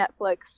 Netflix